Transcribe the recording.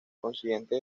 consiguiente